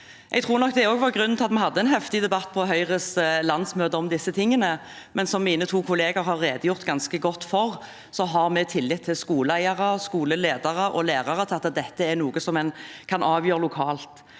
Jeg tror nok det òg var grunnen til at vi hadde en heftig debatt på Høyres landsmøte om disse tingene, men som mine to kollegaer har redegjort ganske godt for, så har vi i tillit til skoleeiere, skoleledere og lærere sagt at dette er noe en kan avgjøre lokalt.